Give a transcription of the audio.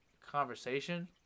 conversation